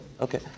Okay